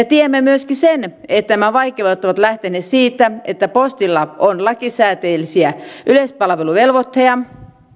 tiedämme myöskin sen että nämä vaikeudet ovat lähteneet siitä että postilla on lakisääteisiä yleispalveluvelvoitteita ja